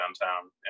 downtown